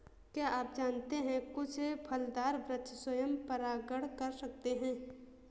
क्या आप जानते है कुछ फलदार वृक्ष स्वयं परागण कर सकते हैं?